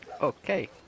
Okay